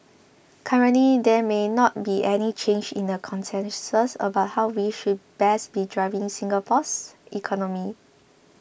currently there may not be any change in the consensus about how we should best be driving Singapore's economy